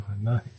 Nice